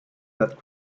that